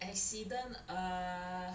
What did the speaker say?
accidents uh